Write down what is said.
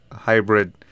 hybrid